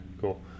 cool